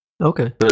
Okay